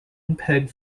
mpeg